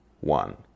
one